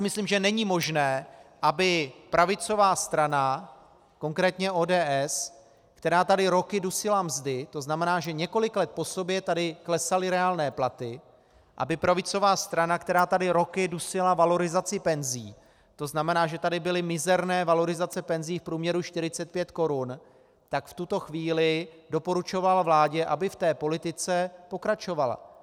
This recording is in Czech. Myslím si, že není možné, aby pravicová strana, konkrétně ODS, která tady roky dusila mzdy, to znamená, že několik let po sobě tady klesaly reálné platy, aby pravicová strana, která tady roky dusila valorizaci penzí, to znamená, že tady byly mizerné valorizace penzí v průměru 45 Kč, v tuto chvíli doporučovala vládě, aby v té politice pokračovala.